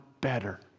better